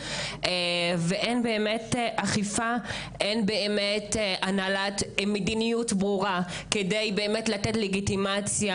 אין באמת אכיפה או מדיניות ברורה כדי לתת לגיטימציה